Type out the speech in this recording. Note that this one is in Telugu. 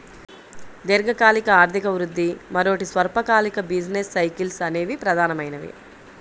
దీర్ఘకాలిక ఆర్థిక వృద్ధి, మరోటి స్వల్పకాలిక బిజినెస్ సైకిల్స్ అనేవి ప్రధానమైనవి